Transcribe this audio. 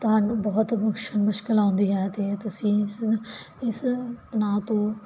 ਤੁਹਾਨੂੰ ਬਹੁਤ ਮੁਸ਼ਕਲ ਆਉਂਦੀ ਹੈ ਤੇ ਤੁਸੀਂ ਇਸ ਨਾਂ ਤੋਂ